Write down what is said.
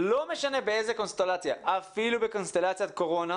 זו הסיבה בעיניי שבכל העולם,